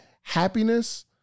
happiness